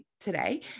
today